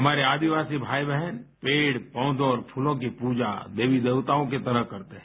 हमारे आदिवासी भाई बहन पेड़ पौधों और फूलों की पूजा देवी देवताओं की तरह करते हैं